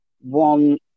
one